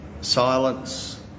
Silence